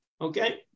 Okay